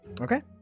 Okay